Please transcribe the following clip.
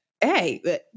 Hey